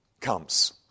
comes